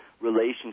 relationship